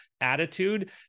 attitude